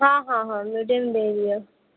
ହଁ ହଁ ହଁ ମିଡ଼ିୟମ୍ ଦେଇ ଦିଅ